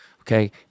okay